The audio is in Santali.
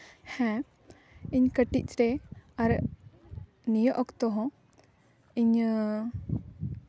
ᱦᱮᱸ ᱤᱧ ᱠᱟᱹᱴᱤᱡ ᱨᱮ ᱟᱨ ᱱᱤᱭᱟᱹ ᱚᱠᱛᱚ ᱦᱚᱸ ᱤᱧᱟᱹᱝ